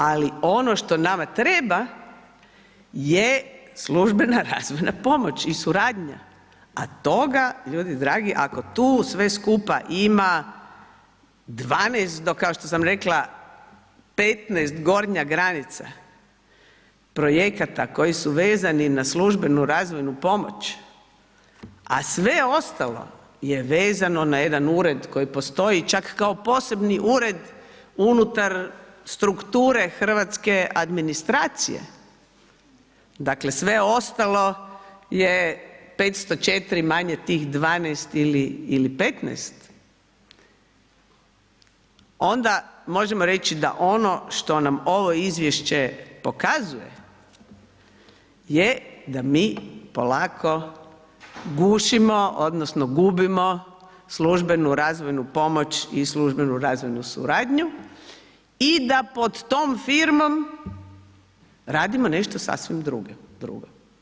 Ali ono što nama treba je službena razvoja pomoć i suradnja a toga ljudi dragi, ako tu sve skupa ima 12 do kao što sam rekla, 15 gornja granica projekata koji su vezani na službenu razvojnu pomoć a sve ostalo je vezano na jedan ured koji postoji čak kao posebni ured unutar strukture hrvatske administracije, dakle sve ostalo je 504 manje tih 12 ili 15, onda možemo reći da ono što nam ovo izvješće pokazuje je da mi polako gušimo odnosno gubimo službenu razvoju pomoć i službenu razvoju suradnju i da pod om firmom radimo nešto sasvim drugo.